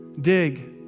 Dig